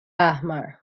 احمر